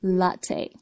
latte